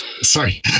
sorry